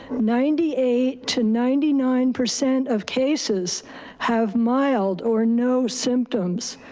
ninety eight to ninety nine percent of cases have mild or no symptoms,